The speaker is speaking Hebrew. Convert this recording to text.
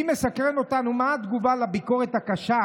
ואם מסקרן אותנו מה התגובה על הביקורת הקשה